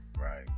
Right